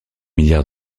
milliard